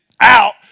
out